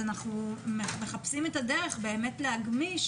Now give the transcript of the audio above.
אנחנו לא מוכנים לבטל את כיתה ז'.